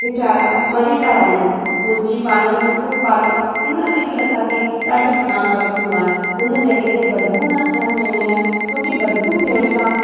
वीचारा मरी था वञनि मुर्गी पालन कुकुड़ पालन हिन में बि असां खे ॾाढो ध्यानु रखणो आहे उन जॻहि ते बदबू न थियणु ॾियणी आहे छो की बदबू थियण सां